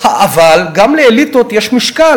אבל גם לאליטות יש משקל.